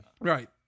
Right